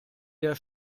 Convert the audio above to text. der